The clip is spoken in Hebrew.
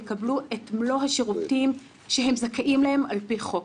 יקבלו את מלוא השירותים שהם זכאים להם על פי חוק.